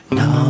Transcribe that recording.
no